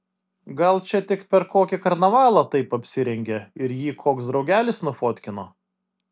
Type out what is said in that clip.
gal čia tik per kokį karnavalą taip apsirengė ir jį koks draugelis nufotkino